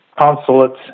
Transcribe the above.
consulates